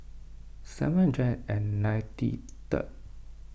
seven hundred and ninety third